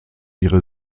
ihre